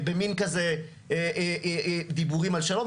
במן דיבורים על שלום,